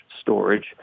storage